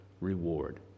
reward